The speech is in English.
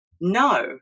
No